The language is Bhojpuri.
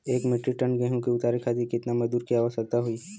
एक मिट्रीक टन गेहूँ के उतारे खातीर कितना मजदूर क आवश्यकता होई?